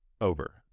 Over